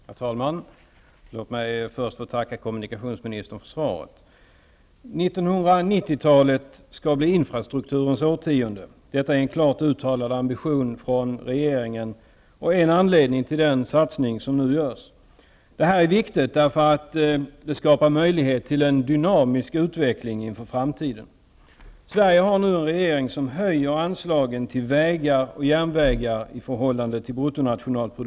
Herr talman! Låt mig först tacka kommunikationsministern för svaret. 1990-talet skall bli infrastrukturens årtionde. Detta är en klart uttalad ambition från regeringen och en anledning till den satsning som nu görs. Detta är viktigt, eftersom det skapar möjlighet till en dynamisk utveckling inför framtiden. Sverige har nu en regering som i förhållande till bruttonationalproduktern höjer anslagen till vägar och järnvägar.